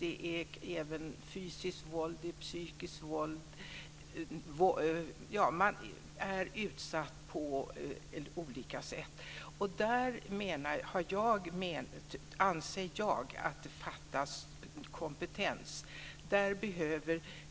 Det förekommer även fysiskt och psykiskt våld. Jag anser att det fattas kompetens.